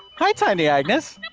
hi, tiny agnes.